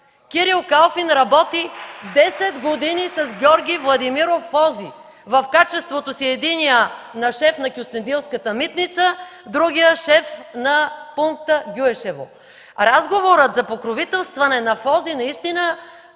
Кирил Калфин работи 10 години с Георги Владимиров – Фози, в качеството си единият –на шеф на Кюстендилската митница, а другият – шеф на пункта Гюешево. Разговорът за покровителстване на Фози наистина